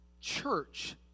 church